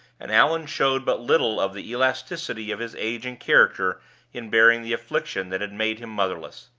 and allan showed but little of the elasticity of his age and character in bearing the affliction that had made him motherless.